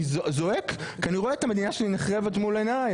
אני זועק כי אני רואה את המדינה שלי נחרבת מול עיניי.